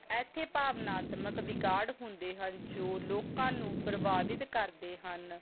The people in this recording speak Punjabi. ਇੱਥੇ ਭਾਵਨਾਤਮਕ ਵਿਗਾੜ ਹੁੰਦੇ ਹਨ ਜੋ ਲੋਕਾਂ ਨੂੰ ਪ੍ਰਭਾਵਿਤ ਕਰਦੇ ਹਨ